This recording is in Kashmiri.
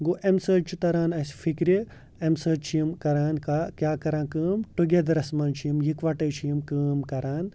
گوٚو امہِ سۭتۍ چھُ تَران اَسہِ فِکرِ امہِ سۭتۍ چھُ یمِ کَران کیٛاہ کَران کٲم ٹُگیٚدَرَس مَنٛز چھِ یِم یِکۄٹَاے چھِ یِم کٲم کَران